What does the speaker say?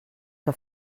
que